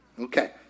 Okay